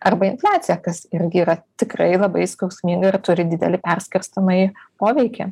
arba infliacija kas irgi yra tikrai labai skausminga ir turi didelį perskirstomąjį poveikį